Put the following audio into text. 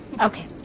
Okay